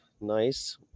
Nice